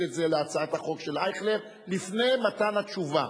את זה להצעת החוק של אייכלר לפני מתן התשובה.